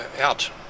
out